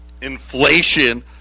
Inflation